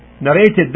narrated